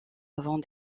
avant